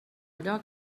allò